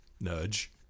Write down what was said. nudge